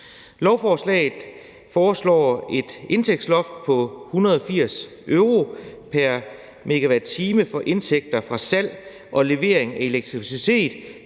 lovforslaget foreslås et indtægtsloft på 180 euro pr. megawatt-time for indtægter fra salg og levering af elektricitet